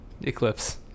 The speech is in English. Eclipse